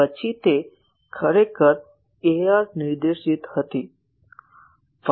પછી તે ખરેખર ar નિર્દેશિત હતી